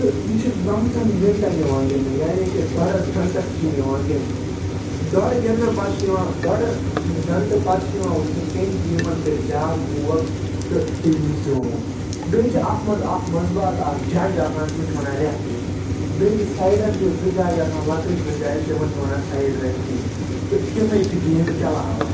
تہٕ یہِ چھِ نَمتھَن مِنٛٹَن یِوان گِنٛدنہٕ یعنی کہِ ڈۅڈَس گھنٛٹَس چھِ یہِ یوان گِنٛدنہٕ ڈۅڈٕ گِنٛدنہٕ پتہٕ چھِ یِوان ڈۅڈٕ گھنٛٹہٕ پتہٕ چھِ یِوان وُچھنہٕ کٔمۍ ٹیٖمَن کٔرۍ زیادٕ گول تہٕ تٔمی زیوٗن بیٚیہِ چھِ اَتھ منٛز اَکھ منٛزباگ اَکھ جج آسان تٔمِس چھِ وَنان ریفری بیٚیہِ چھِ سایڈَن تہِ زٕ جج آسان لَکٕٹۍ زٕ جج تِمَن چھِ وَنان سایِڈ ریفری تہٕ تِمٕے چھِ گیٚمہِ چلاوان